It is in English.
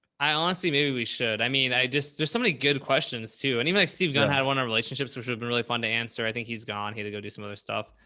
i honestly, maybe we should. i mean, i just there's so many good questions too. and even like steve gunn had one on relationships, which would've been really fun to answer. i think he's gone. he had to go do some other stuff.